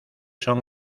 son